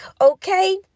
Okay